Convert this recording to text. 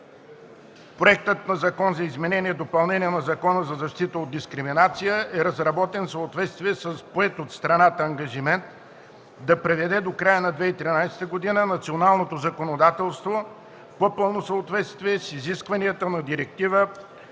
Законопроектът за изменение и допълнение на Закона за защита от дискриминация е разработен в съответствие с поет от страната ангажимент да приведе до края на 2013 г. националното законодателство в по-пълно съответствие с изискванията на Директива